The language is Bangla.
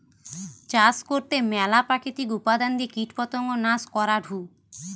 চাষ করতে ম্যালা প্রাকৃতিক উপাদান দিয়ে কীটপতঙ্গ নাশ করাঢু